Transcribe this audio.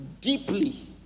deeply